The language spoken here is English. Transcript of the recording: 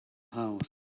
house